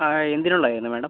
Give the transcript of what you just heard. എന്തിനുള്ളതായിരുന്നു madam